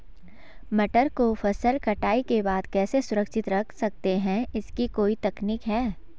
मटर को फसल कटाई के बाद कैसे सुरक्षित रख सकते हैं इसकी कोई तकनीक है?